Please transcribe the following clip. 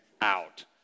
out